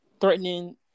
threatening